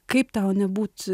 kaip tau nebūt